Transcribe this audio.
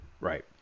Right